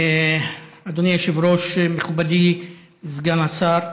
אדוני היושב-ראש, מכובדי סגן השר,